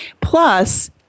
Plus